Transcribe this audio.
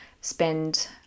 spend